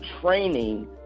training